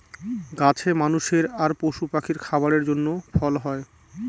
গাছে মানুষের আর পশু পাখির খাবারের জন্য ফল হয়